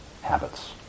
habits